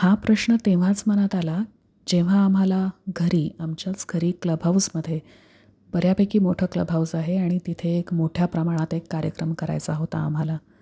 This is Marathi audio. हा प्रश्न तेव्हाच मनात आला जेव्हा आम्हाला घरी आमच्याच घरी क्लब हाऊसमधे बऱ्यापैकी मोठं क्लब हाऊस आहे आणि तिथे एक मोठ्या प्रमाणात एक कार्यक्रम करायचा होता आम्हाला